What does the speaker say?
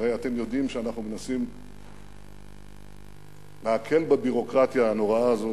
אבל אתם יודעים שאנחנו מנסים להקל בביורוקרטיה הנוראה הזאת,